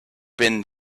been